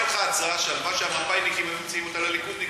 אני מציע לך הצעה שהלוואי שהמפא"יניקים היו מציעים אותה לליכודניקים: